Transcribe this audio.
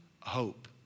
hope